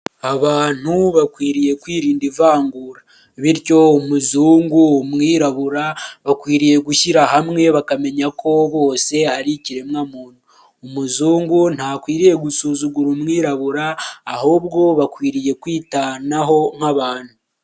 Abantu bakwiriye kwirinda ivangura bityo umuzungu, umwirabura bakwiriye gushyira hamwe bakamenya ko bose ari ikiremwamuntu, umuzungu ntakwiriye gusuzugura umwirabura ahubwo bakwiriye kwitanaho nk'abantu.